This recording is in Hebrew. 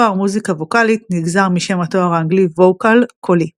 התואר מוזיקה ווקאלית נגזר משם התואר האנגלי VOCAL – קולי.